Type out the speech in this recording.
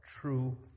true